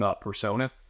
persona